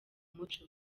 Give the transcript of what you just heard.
umuco